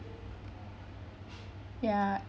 ya